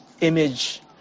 image